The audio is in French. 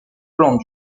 plantes